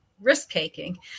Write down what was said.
risk-taking